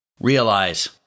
Realize